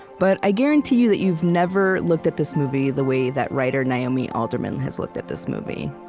but i guarantee you that you've never looked at this movie the way that writer naomi alderman has looked at this movie.